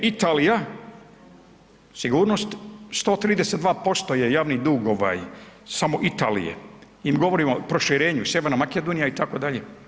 Italija, sigurnost 132% je javni dug ovaj samo Italije, mi govorimo o proširenju Sjeverna Makedonija itd.